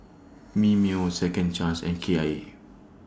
Mimeo Second Chance and Kia eight